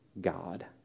God